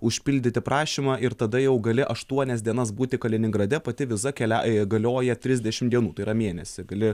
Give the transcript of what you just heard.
užpildyti prašymą ir tada jau gali aštuonias dienas būti kaliningrade pati viza kelia galioja trisdešimt dienų tai yra mėnesį gali